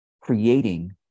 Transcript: creating